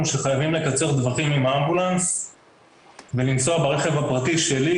שחייבים לקצר טווחים עם האמבולנס ולנסוע ברכב הפרטי שלי,